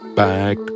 Back